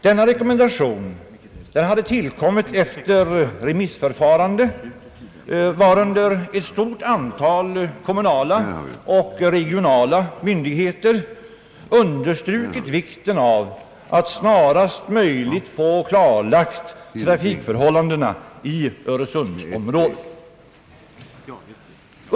Denna rekommendation har tillkommit efter remissförfarande, varunder ett stort antal kommunala och regionala myndigheter har understrukit vikten av att snarast möjligt få trafikförhållandena i Öresundsområdet klarlagda.